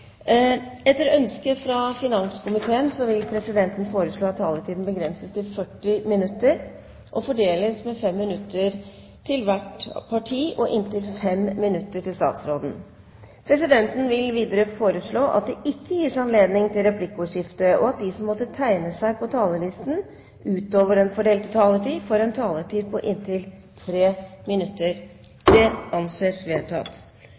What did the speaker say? Etter ønske fra finanskomiteen vil presidenten foreslå at taletiden begrenses til 40 minutter og fordeles med inntil 5 minutter til hvert parti og inntil 5 minutter til statsråden. Videre vil presidenten foreslå at det ikke gis anledning til replikkordskifte, og at de som måtte tegne seg på talerlisten utover den fordelte taletid, får en taletid på inntil 3 minutter. – Det anses vedtatt.